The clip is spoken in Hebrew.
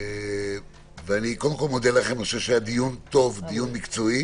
אני חושב שהיה דיון טוב ומקצועי,